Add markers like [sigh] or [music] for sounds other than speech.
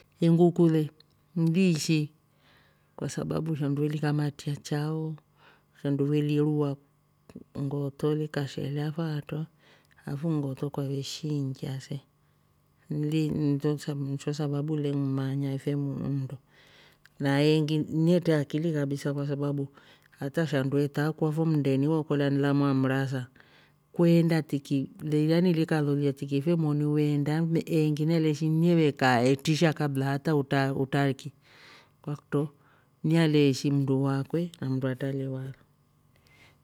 Inguku le liishi kwa sababu shandu welikamatia chao, shandu welirua ng'- ng'oto likashelya faato alafu ng'oto ukameshiingya se nli- cho sababu le kumanya ife mmndo, na eengi nete akili kabisa kwa sababu hata shandu etaakwa fo mndeni wekolya ni lamwa mrasa kweenda tiki yani likalolya fe moni weenda eengi neveeshi nevekaa [hesitation] tisha kabla hata uta- utaki kwakutro naleshi mndu wakwe na mndu atali wakwe.